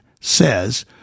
says